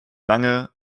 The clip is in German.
lange